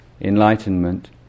enlightenment